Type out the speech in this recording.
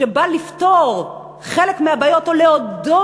שבא לפתור חלק מהבעיות או לעודד,